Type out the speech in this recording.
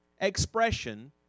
expression